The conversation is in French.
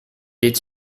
est